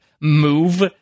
move